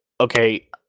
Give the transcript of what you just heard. okay